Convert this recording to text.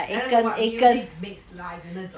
then like what music makes life 的那种